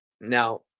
Now